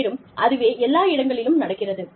மேலும் அதுவே எல்லா இடங்களிலும் நடக்கிறது